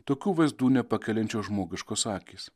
tokių vaizdų nepakeliančios žmogiškos akys